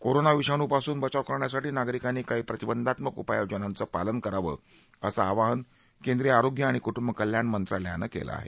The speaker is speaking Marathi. कोरोना विषाणूपासून बचाव करण्यासाठी नागरिकांनी काही प्रतिबंधात्मक उपाययोजनांचं पालन करावं असं आवाहन केंद्रीय आरोग्य आणि कुटुंबे कल्याण मंत्रालयानं केलं आहे